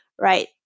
right